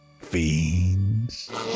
fiends